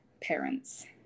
parents